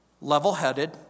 level-headed